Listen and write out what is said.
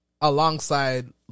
alongside